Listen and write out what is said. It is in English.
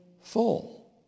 full